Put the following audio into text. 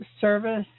service